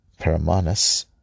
Paramanus